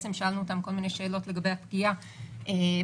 שאלנו אותם כל מיני שאלות לגבי הפגיעה בזכויות,